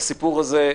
בסיפור הזה,